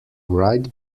wright